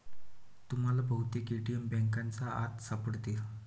तुम्हाला बहुतेक ए.टी.एम बँकांच्या आत सापडतील